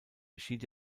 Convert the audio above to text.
schied